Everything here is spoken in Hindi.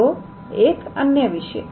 तो एक अन्य विषय